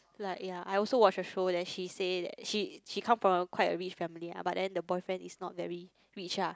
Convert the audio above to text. like yea I also watch a show that she say that she she comes from a quite rich family but then the boyfriend is not very rich lah